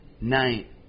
night